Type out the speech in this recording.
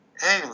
Hey